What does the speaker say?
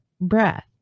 breath